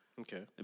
Okay